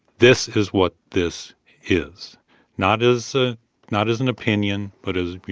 this is what this is not as ah not as an opinion but as, you